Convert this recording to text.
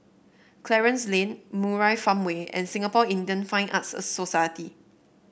Clarence Lane Murai Farmway and Singapore Indian Fine Arts Society